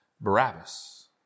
Barabbas